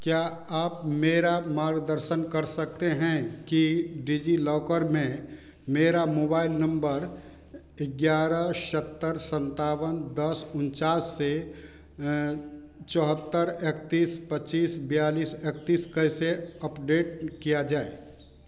क्या आप मेरा मार्गदर्शन कर सकते हैं कि डिज़िलॉकर में मेरा मोबाइल नम्बर ग्यारह सत्तर सन्तावन दस उनचास से चौहत्तर एकतीस पच्चीस बयालिस एकतीस कैसे अपडेट किया जाए